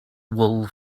wool